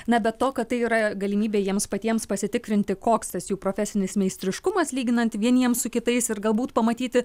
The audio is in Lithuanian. na bet to kad tai yra galimybė jiems patiems pasitikrinti koks tas jų profesinis meistriškumas lyginant vieniems su kitais ir galbūt pamatyti